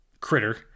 critter